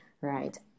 Right